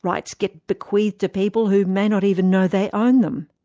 rights get bequeathed to people who may not even know they own them.